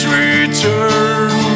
return